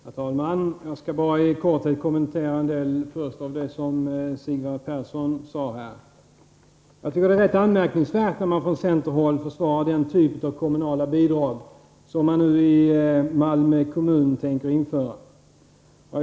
Herr talman! Jag skall först i korthet kommentera en del av det som Sigvard Persson yttrade. Jag tycker att det är rätt anmärkningsvärt att man från centerhåll försvarar den typ av kommunala bidrag som Malmö kommun tänker införa.